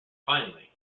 finally